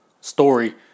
story